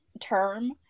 term